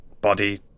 body